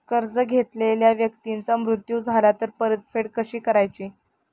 कर्ज घेतलेल्या व्यक्तीचा मृत्यू झाला तर परतफेड कशी करायची?